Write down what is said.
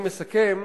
אני מסכם.